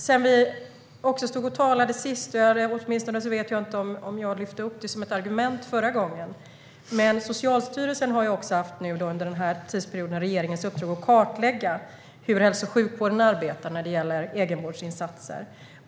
Sedan vi talade om detta sist, eller åtminstone vet jag inte om jag lyfte upp det som ett argument förra gången, har Socialstyrelsen under den här tidsperioden haft regeringens uppdrag att kartlägga hur hälso och sjukvården arbetar när det gäller egenvårdsinsatser.